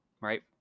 right